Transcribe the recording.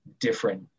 different